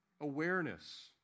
awareness